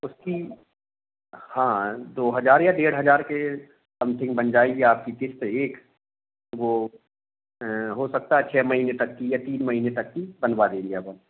उसकी हाँ दो हजार या डेढ़ हजार के समथिंग बन जायेगी आपकी किश्त एक वो हो सकता है छ महीने तक की या तीन महीने तक की बनवा देंगे अब हम